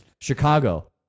Chicago